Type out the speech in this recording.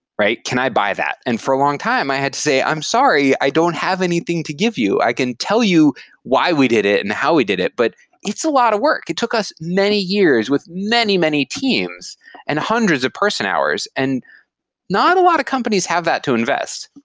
can i buy that? and for a long time i had say, i'm sorry. i don't have anything to give you. i can tell you why we did it and how we did it, but it's a lot of work. it took us many years with many, many teams and hundreds of person hours and not a lot of companies have that to invest.